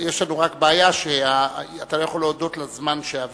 יש לנו רק בעיה, שאתה לא יכול להודות לזמן שעבר.